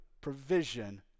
provision